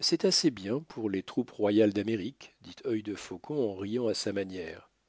c'est assez bien pour les troupes royales d'amérique dit œil de faucon en riant à sa manière